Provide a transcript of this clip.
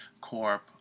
Corp